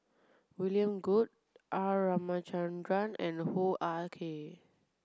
William Goode R Ramachandran and Hoo Ah Kay